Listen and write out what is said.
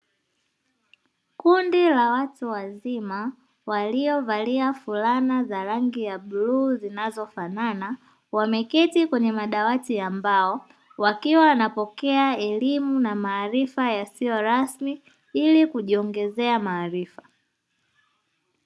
Kundi la wazima waliovalia fulana za rangi ya bluu zinazofanana wameketi kwenye madawati ya mbao, wakiwa wanapokea elimu na maarifa yasiyo rasmi ili kujiongezea maarifa.